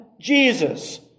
Jesus